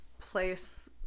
place